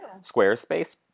Squarespace